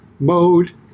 Mode